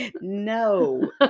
no